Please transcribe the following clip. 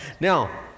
Now